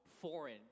foreign